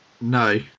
no